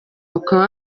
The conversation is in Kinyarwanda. ukaba